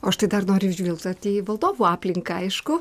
o aš tai dar noriu žvilgtelti į valdovų aplinką aišku